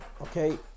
Okay